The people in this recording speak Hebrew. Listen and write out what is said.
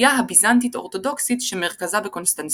הכנסייה הביזנטית-אורתודוקסית שמרכזה בקונסטנטינופול.